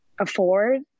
afford